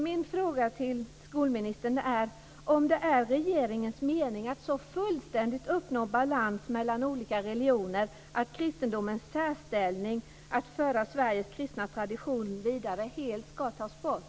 Min fråga till skolministern är: Är det regeringens mening att så fullständigt uppnå balans mellan olika religioner att kristendomens särställning att föra Sveriges kristna tradition vidare helt ska tas bort?